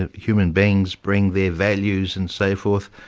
and human beings bring their values and so forth,